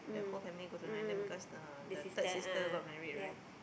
mm mm mm mm the sister a'ah yeah